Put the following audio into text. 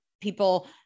people